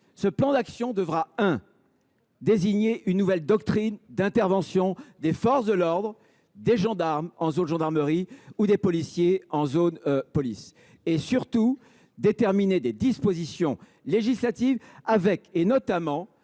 Ce plan d’action devra désigner une nouvelle doctrine d’intervention des forces de l’ordre – les gendarmes en zone de gendarmerie et les policiers en zone de police – et, surtout, déterminer les dispositions législatives nécessaires,